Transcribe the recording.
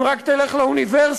אם רק תלך לאוניברסיטה,